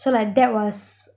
so like that was